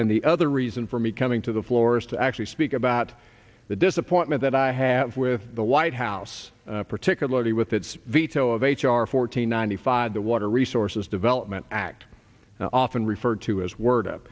and the other reason for me coming to the floor is to actually speak about the disappointment that i have with the white house particularly with its veto of h r four hundred ninety five the water resources development act often referred to as word of